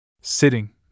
Sitting